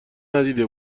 ندیده